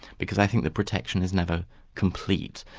because i think that protection is never complete.